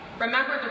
Remember